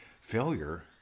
Failure